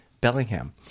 Bellingham